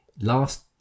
Last